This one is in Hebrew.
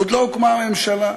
עוד לא הוקמה הממשלה,